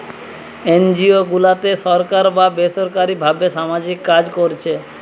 NGO গুলাতে সরকার বা বেসরকারী ভাবে সামাজিক কাজ কোরছে